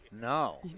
No